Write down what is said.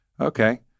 okay